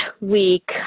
week